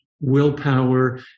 willpower